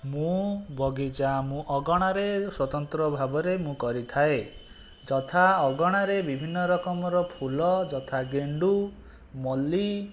ମୁଁ ବଗିଚା ମୁଁ ଅଗଣାରେ ସ୍ୱତନ୍ତ୍ର ଭାବରେ ମୁଁ କରିଥାଏ ଯଥା ଅଗଣାରେ ବିଭିନ୍ନ ରକମର ଫୁଲ ଯଥା ଗେଣ୍ଡୁ ମଲ୍ଲି